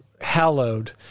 hallowed